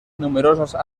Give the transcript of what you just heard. numerosas